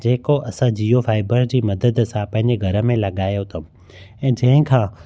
जेको असां जियो फाइबर जी मदद सां पंहिंजे घर में लॻायो अथऊं या जंहिं खां